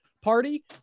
Party